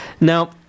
Now